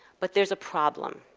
but there is a problem